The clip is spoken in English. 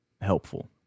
helpful